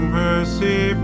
mercy